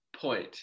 point